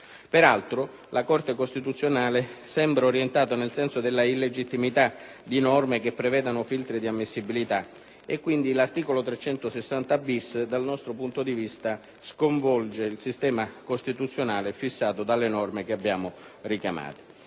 Peraltro, la Corte costituzionale sembra orientata nel senso della illegittimità di norme che prevedano filtri di ammissibilità. Quindi, l'articolo 360-*bis*, proposto dalle Commissioni, dal nostro punto di vista sconvolge il sistema costituzionale fissato dalle norme che abbiamo richiamato.